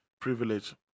privilege